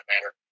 manner